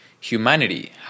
humanity